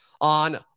on